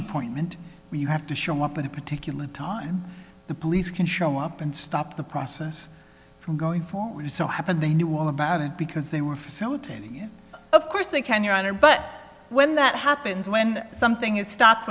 appointment where you have to show up at a particular time the police can show up and stop the process from going for you so happened they knew all about it because they were so tiny of course they can your honor but when that happens when something is stopped